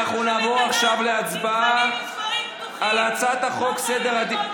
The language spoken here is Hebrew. אנחנו נעבור עכשיו להצבעה על הצעת חוק סדר הדין,